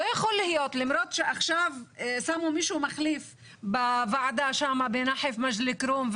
לא יכול להיות למרות שעכשיו שמו מישהו מחליף בוועדה בנחף מג'דל כרום,